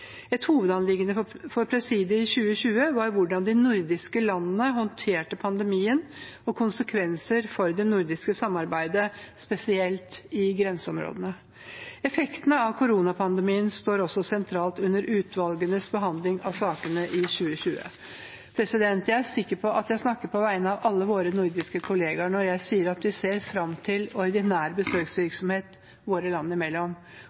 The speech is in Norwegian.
Et hovedanliggende for presidiet i 2020 var hvordan de nordiske landene håndterte pandemien og konsekvenser for det nordiske samarbeidet, spesielt i grenseområdene. Effektene av koronapandemien står også sentralt under utvalgenes behandling av sakene i 2020. Jeg er sikker på at jeg snakker på vegne av alle våre nordiske kolleger når jeg sier at vi ser frem til ordinær besøksvirksomhet våre land imellom.